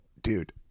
dude